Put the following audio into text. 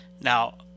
now